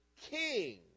king